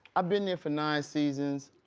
i been there for nine seasons.